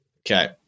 Okay